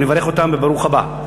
אני מברך אותם, ברוכים הבאים.